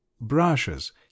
brushes